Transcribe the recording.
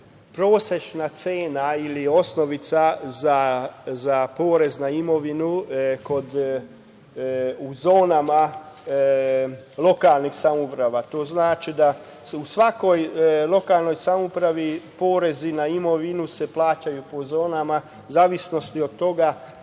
prosečna cena ili osnovica za porez na imovinu u zonama lokalnih samouprava. To znači da se u svakoj lokalnoj samoupravi porezi na imovinu se plaćaju po zonama, u zavisnosti od toga